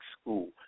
school